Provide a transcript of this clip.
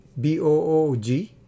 BOOG